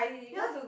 ya